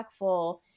impactful